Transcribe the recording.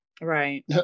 Right